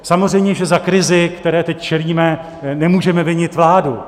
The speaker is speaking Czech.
Samozřejmě že za krizi, které teď čelíme, nemůžeme vinit vládu.